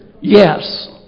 Yes